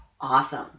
Awesome